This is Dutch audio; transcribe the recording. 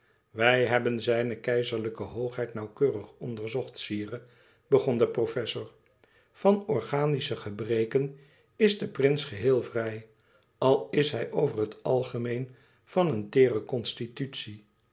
wij hebben zijne keizerlijke hoogheid nauwkeurig onderzocht sire begon de professor van organische gebreken is de prins geheel vrij al is hij over het algemeen van een teêre